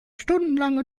stundenlange